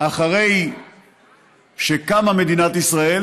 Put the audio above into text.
אחרי שקמה מדינת ישראל,